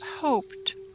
hoped